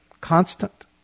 constant